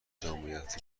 جامعیت